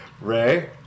Ray